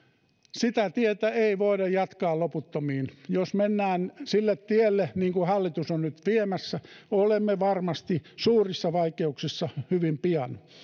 sitä tietä ei voida jatkaa loputtomiin jos mennään sille tielle mille hallitus on nyt viemässä olemme varmasti suurissa vaikeuksissa hyvin pian